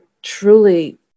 Truly